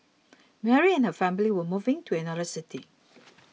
Mary and her family were moving to another city